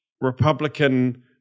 Republican